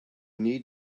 need